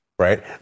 Right